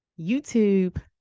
YouTube